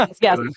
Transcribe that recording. yes